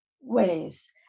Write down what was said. ways